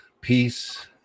peace